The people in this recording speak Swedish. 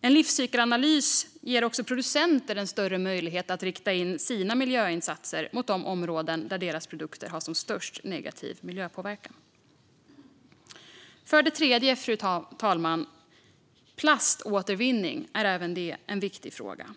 En livscykelanalys ger också producenter en större möjlighet att rikta sina miljöinsatser mot de områden där deras produkter har som störst negativ miljöpåverkan. För det tredje: Även plaståtervinning är en viktig fråga.